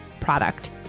product